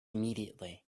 immediately